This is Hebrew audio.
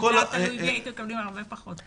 אם זה היה תלוי בי, הייתם מקבלים הרבה פחות.